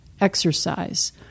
exercise